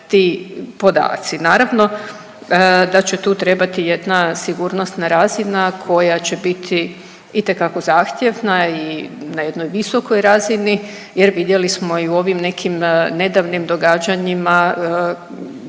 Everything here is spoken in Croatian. ti podaci. Naravno da će tu trebati jedna sigurnosna razina koja će biti itekako zahtjevna i na jednoj visokoj razini jer vidjeli smo i u ovim nekim nedavnim događanjima